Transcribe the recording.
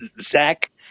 zach